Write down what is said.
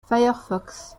firefox